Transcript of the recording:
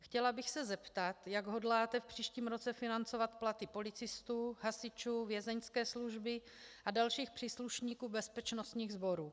Chtěla bych se zeptat, jak hodláte v příštím roce financovat platy policistů, hasičů, vězeňské služby a dalších příslušníků bezpečnostních sborů.